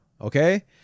okay